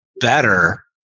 better